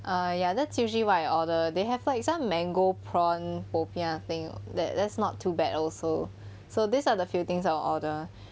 uh ya that's usually what I order they have like some mango prawn popiah thing that that's not too bad also so these are the few things I'll order